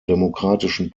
demokratischen